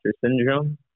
syndrome